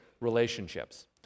relationships